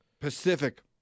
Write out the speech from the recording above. pacific